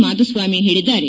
ಮಾಧುಸ್ವಾಮಿ ಹೇಳಿದ್ದಾರೆ